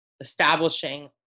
establishing